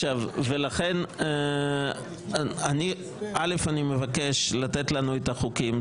ולכן קודם כול אני מבקש לתת לנו את החוקים.